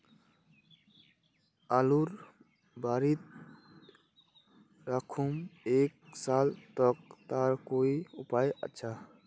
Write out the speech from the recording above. आलूर बारित राखुम एक साल तक तार कोई उपाय अच्छा?